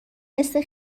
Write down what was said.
مثل